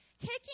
Taking